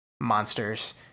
monsters